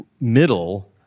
middle